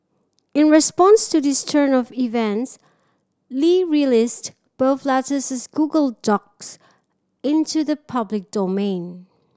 in response to this turn of events Li released both letters as Google Docs into the public domain